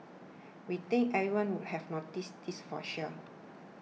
we think everyone would have noticed this for sure